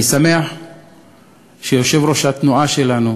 אני שמח שיושב-ראש התנועה שלנו,